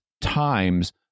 times